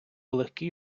легкий